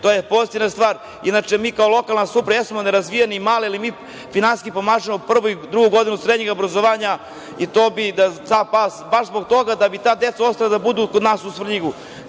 To je pozitivna stvar. Inače, mi kao lokalna samouprava jesmo nerazvijeni i mali ali mi finansijski pomažemo prvu i drugu godinu srednjeg obrazovanja, baš zbog toga da bi ta deca ostala da budu kod nas u Svrljigu. To